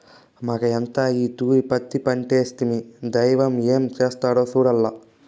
మాకయ్యంతా ఈ తూరి పత్తి పంటేస్తిమి, దైవం ఏం చేస్తాడో సూడాల్ల